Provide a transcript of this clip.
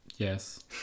Yes